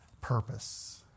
purpose